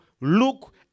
look